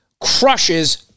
crushes